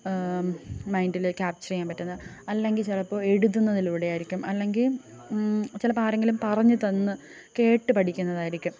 മൈൻഡിൽ ക്യാപ്ചർ ചെയ്യാൻ പറ്റുന്ന അല്ലെങ്കിൽ ചിലപ്പോൾ എഴുതുന്നതിലൂടെയായിരിക്കും അല്ലെങ്കിൽ ചിലപ്പോൾ ആരെങ്കിലും പറഞ്ഞു തന്ന് കേട്ടു പഠിക്കുന്നതായിരിക്കും